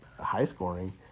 high-scoring